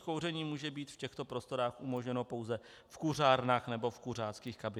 Kouření může být v těchto prostorách umožněno pouze v kuřárnách nebo kuřáckých kabinách.